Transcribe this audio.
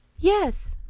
yes.